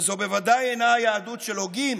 וזו בוודאי אינה היהדות של הוגים,